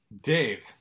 Dave